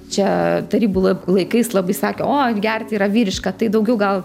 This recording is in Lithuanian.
čia tarybų la laikais labai sakė o gerti yra vyriška tai daugiau gal